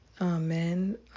Amen